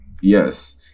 Yes